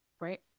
Right